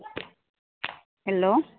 hello